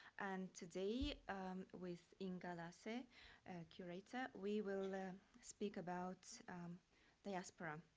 and today with inga lace, a curator, we will speak about diaspora.